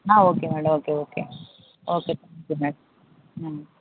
okay madam okay okay okay good night